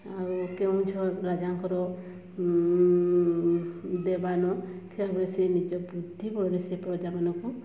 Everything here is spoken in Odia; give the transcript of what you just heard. ଆଉ କେନ୍ଦୁଝର ରାଜାଙ୍କର ଦେୱାନ ନିଜ ବୁଦ୍ଧିବଳରେ ସେ ପ୍ରଜାମାନଙ୍କୁ